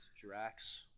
Drax